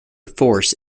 force